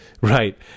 right